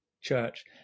church